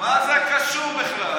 מה זה קשור בכלל?